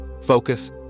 focus